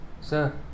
Sir